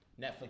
Netflix